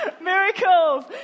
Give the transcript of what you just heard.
miracles